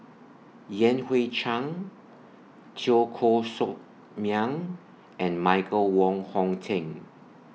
Yan Hui Chang Teo Koh Sock Miang and Michael Wong Hong Teng